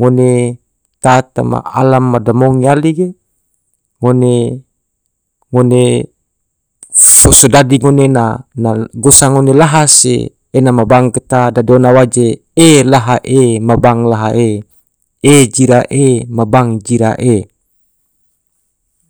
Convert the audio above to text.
ngone ta tama alam ma damong yali ge, ngone ngone fo so dadi ngone na gosa ngone laha se ena ma bang ka ta, dadi ona waje e laha e ma bang laha e, e jira e ma bang jira e.